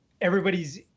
Everybody's